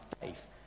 faith